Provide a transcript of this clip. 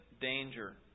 danger